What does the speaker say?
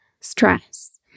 Stress